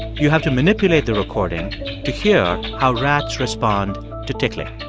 you have to manipulate the recording to hear how rats respond to tickling